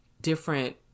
different